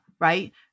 right